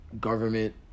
government